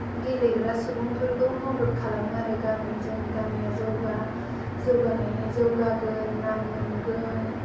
गेलेग्रा सुबुंफोरखौ मदद खालामो आरो गामि जोंनि गामिआ जौगा जौगानायनि जौगागोन नाम मोनगोन